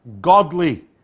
Godly